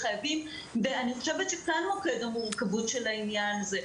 אני חושבת שכאן מוקד המורכבות של העניין הזה.